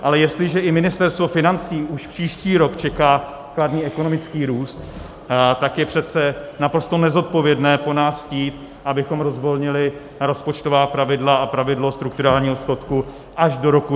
Ale jestliže i Ministerstvo financí už příští rok čeká kladný ekonomický růst, tak je přece naprosto nezodpovědné po nás chtít, abychom rozvolnili rozpočtová pravidla a pravidlo strukturálního schodku až do roku 2027.